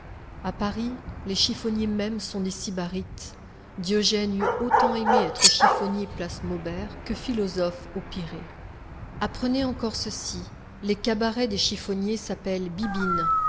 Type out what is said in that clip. à paris les chiffonniers mêmes sont des sybarites diogène eût autant aimé être chiffonnier place maubert que philosophe au pirée apprenez encore ceci les cabarets des chiffonniers s'appellent bibines